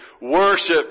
worship